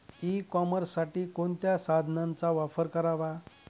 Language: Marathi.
ई कॉमर्ससाठी कोणत्या साधनांचा वापर करावा?